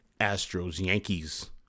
Astros-Yankees